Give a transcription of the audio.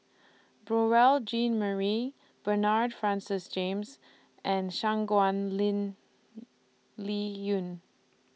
Beurel Jean Marie Bernard Francis James and Shangguan Ling Liuyun